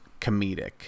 comedic